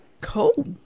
Cool